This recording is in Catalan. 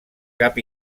cap